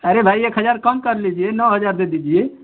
अरे भाई एक हज़ार कम कर लीजिए नौ हज़ार दे दीजिए